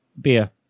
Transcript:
Beer